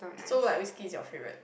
so like whiskey is your favourite